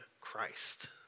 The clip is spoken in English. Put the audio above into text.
Christ